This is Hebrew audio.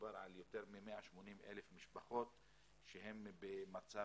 מדובר על יותר מ-180,000 משפחות במצב